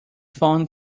phone